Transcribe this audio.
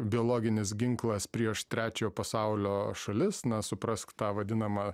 biologinis ginklas prieš trečiojo pasaulio šalis na suprask tą vadinamą